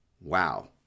Wow